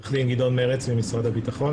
עורך דין גדעון מרץ ממשרד הביטחון,